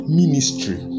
ministry